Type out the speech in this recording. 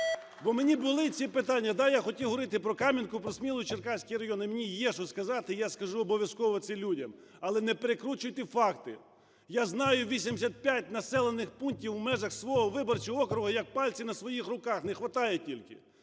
Бо мені болить це питання. Да, я хотів говорити про Кам'янку, про Смілу, Черкаський райони. І мені є, що сказати, і я скажу обов'язково це людям. Але не перекручуйте факти. Я знаю 85 населених пунктів в межах свого виборчого округу, як пальці на своїх руках, не хватає тільки.